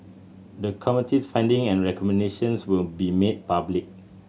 the Committee's finding and recommendations will be made public